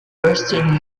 boston